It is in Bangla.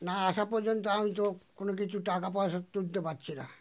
না আসা পর্যন্ত আমি তো কোনো কিছু টাকা পয়সা তুলতে পারছি না